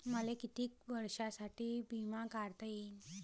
मले कितीक वर्षासाठी बिमा काढता येईन?